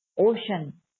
ocean